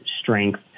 strength